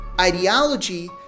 ideology